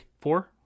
Four